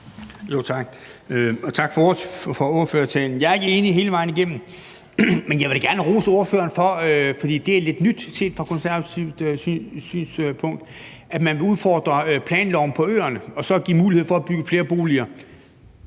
Tak for det, og tak for ordførertalen. Jeg er ikke enig hele vejen igennem, men jeg vil da gerne rose ordføreren, for det er lidt nyt set fra et konservativt synspunkt, at man vil udfordre planloven på øerne og give mulighed for at bygge flere boliger.